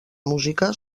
música